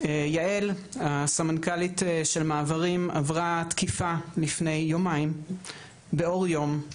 יעל הסמנכ"לית של מעברים עברה תקיפה לפני יומיים באור יום,